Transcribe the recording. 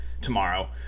tomorrow